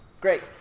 Great